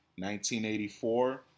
1984